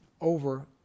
over